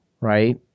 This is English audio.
right